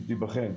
היא תיבחן.